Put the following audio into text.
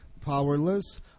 powerless